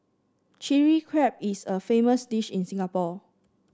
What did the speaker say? Chilli Crab is a famous dish in Singapore